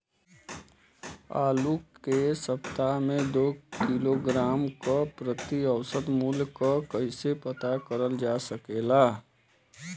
आलू के सप्ताह में दो किलोग्राम क प्रति औसत मूल्य क कैसे पता करल जा सकेला?